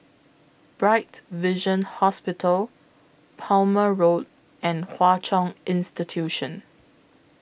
Bright Vision Hospital Plumer Road and Hwa Chong Institution